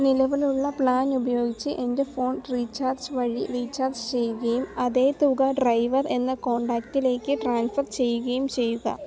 നിലവിലുള്ള പ്ലാന്ന് ഉപയോഗിച്ച് എൻ്റെ ഫോൺ റീചാർജ് വഴി റീചാർജ് ചെയ്യുകയും അതേ തുക ഡ്രൈവർ എന്ന കോൺടാക്റ്റിലേക്ക് ട്രാൻസ്ഫർ ചെയ്യുകയും ചെയ്യുക